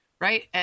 right